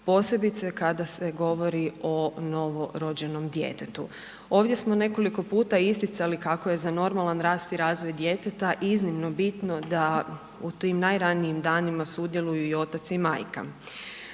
posebice kada se govori o novorođenom djetetu. Ovdje smo nekoliko puta isticali kako je za normalan rast i razvoj djeteta iznimno bitno da u tim najranijim danima sudjeluju i otac i majka.